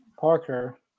Parker